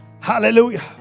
Hallelujah